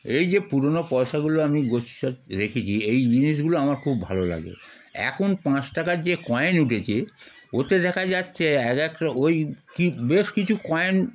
এই যে পুরনো পয়সাগুলো আমি গচ্ছিত রেখেছি এই জিনিসগুলো আমার খুব ভালো লাগে এখন পাঁচ টাকার যে কয়েন উঠেছে ওতে দেখা যাচ্ছে এক একটা ওই কি বেশ কিছু কয়েন